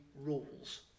rules